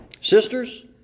Sisters